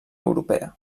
europea